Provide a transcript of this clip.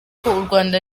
rwanda